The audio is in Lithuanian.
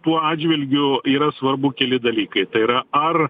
tuo atžvilgiu yra svarbu keli dalykai tai yra ar